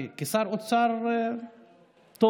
כשר אוצר טוב,